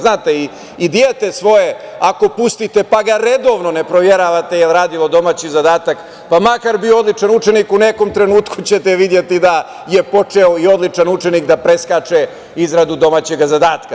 Znate, i svoje dete, ako ga pustite, pa ga redovno ne proveravate da li je uradilo domaći zadatak, pa makar bio odličan učenik, u nekom trenutku ćete videti da je počeo i odličan učenik da preskače izradu domaćeg zadatka.